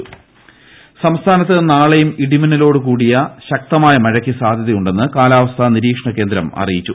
കാലാവസ്ഥ സംസ്ഥാനത്ത് നാളെയും ഇടിമിന്നലോടു കൂടിയ ശക്തമായ മഴയ്ക്ക് സാധ്യതയുണ്ടെന്ന് കാലാവസ്ഥാ നിരീക്ഷണ കേന്ദ്രം അറിയിച്ചു